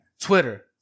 Twitter